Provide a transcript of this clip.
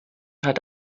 hat